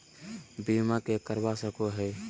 बीमा के करवा सको है?